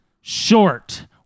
Short